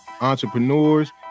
entrepreneurs